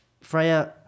Freya